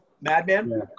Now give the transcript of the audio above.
Madman